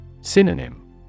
Synonym